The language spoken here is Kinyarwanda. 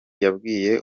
yabwiye